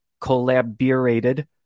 collaborated